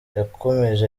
yakomeje